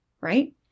right